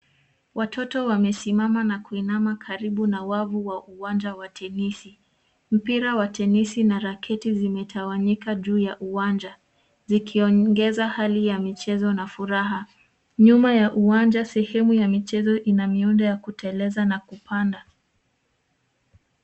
Watoto wamesimama na kuinama karibu na wavu wa uwanja wa tenisi. Mipira ya tenisi na raketi imetawanyika juu ya uwanja, ikiongeza hali ya michezo na furaha. Nyuma ya uwanja sehemu ya michezo ina miundo ya kuteleza na kupanda.